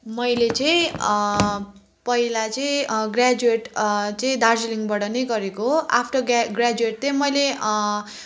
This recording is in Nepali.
मैले चाहिँ पहिला चाहिँ ग्रेजुएट चाहिँ दार्जिलिङबाट नै गरेको आफ्टर ग्रे ग्रेजुएट चाहिँ मैले